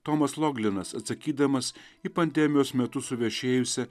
tomas loglinas atsakydamas į pandemijos metu suvešėjusią